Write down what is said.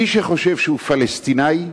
מי שחושב שהוא פלסטיני,